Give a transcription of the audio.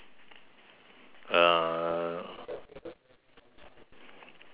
uh